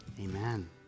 Amen